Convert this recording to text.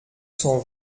cent